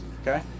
Okay